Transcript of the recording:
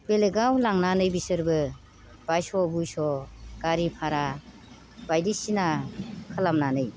बेलेगाव लांनानै बिसोरबो बायस' बुयस' गारि भारा बायदिसिना खालामनानै